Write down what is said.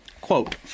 quote